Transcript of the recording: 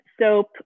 soap